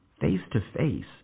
face-to-face